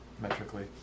Metrically